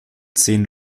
zehn